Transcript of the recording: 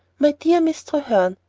my dear miss treherne,